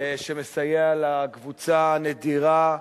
שמסייע לקבוצה הנדירה,